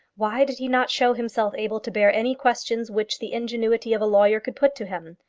why did he not show himself able to bear any questions which the ingenuity of a lawyer could put to him?